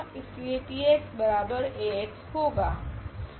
इसलिए TAx होगा